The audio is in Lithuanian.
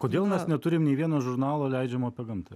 kodėl mes neturim nė vieno žurnalo leidžiamo apie gamtą